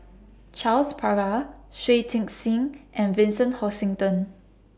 Charles Paglar Shui Tit Sing and Vincent Hoisington